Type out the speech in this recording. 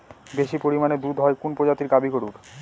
বেশি পরিমানে দুধ হয় কোন প্রজাতির গাভি গরুর?